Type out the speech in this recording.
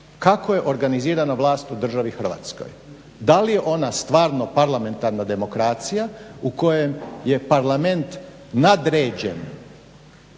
kako je organizirana vlast u Republici Hrvatskoj. Da li je ona stvarno parlamentarna demokracija u kojem je parlament nadređen